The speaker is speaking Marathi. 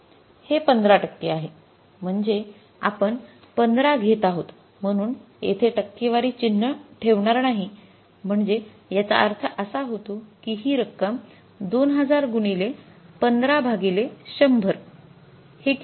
हे १५ टक्के आहे म्हणजे आपण १५ घेत आहोत म्हणून येथे टक्केवारी चिन्ह ठेवणार नाही म्हणजे याचा अर्थ असा होतो की ही रक्कम २००० गुणिले 15 भागिले १०० हे किती